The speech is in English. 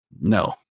No